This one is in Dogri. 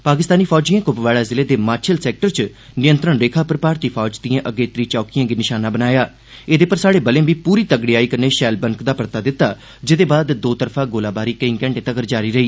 पाकिस्तानी फौजिएं कुपवाड़ा जिले दे माछिल सेक्टर च नियंत्रण रेखा पर भारतीय फौज दिएं अगेत्रिएं चौकिएं गी नषाना बनाया एदे पर स्हाड़े बलें बी पूरी तगड़ेयाई कन्नै षैल बनकदा परता दिता जेदे मगरा दो तरफा गोलीबारी केईं घंटें तक्कर जारी रेही